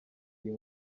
iyo